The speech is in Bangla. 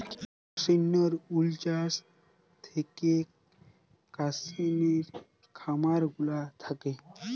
কাশ্মির উল চাস থাকেক কাশ্মির খামার গুলা থাক্যে